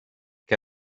que